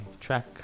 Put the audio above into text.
track